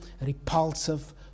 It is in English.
repulsive